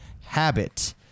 habit